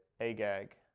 Agag